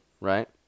right